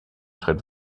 schritt